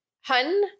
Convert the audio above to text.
Hun